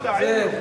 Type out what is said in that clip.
די.